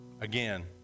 Again